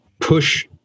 push